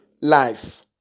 life